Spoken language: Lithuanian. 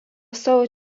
savo